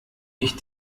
ich